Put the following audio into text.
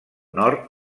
nord